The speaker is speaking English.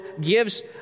gives